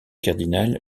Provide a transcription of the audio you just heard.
cardinal